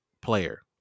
player